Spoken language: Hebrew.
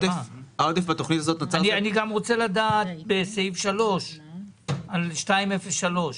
אני גם רוצה לדעת בסעיף 3 על 203,